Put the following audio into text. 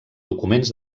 documents